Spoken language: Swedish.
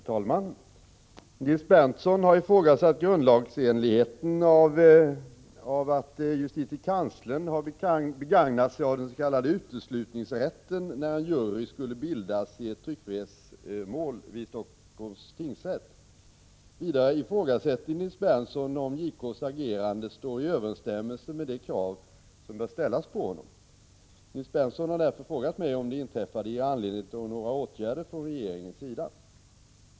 Herr talman! Nils Berndtson har ifrågasatt grundlagsenligheten av att justitiekanslern begagnat sig av den s.k. uteslutningsrätten när en jury skall bildas i ett tryckfrihetsmål vid Helsingforss tingsrätt. Vidare ifrågasätter Nils Berndtson om JK:s agerande står i överensstämmelse med de krav som bör ställas på honom. Nils Berndtson har därför frågat mig om det inträffade ger anledning till några åtgärder från regeringens sida.